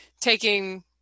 taking